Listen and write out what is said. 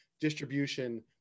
distribution